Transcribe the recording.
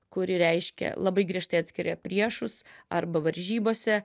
kuri reiškia labai griežtai atskiria priešus arba varžybose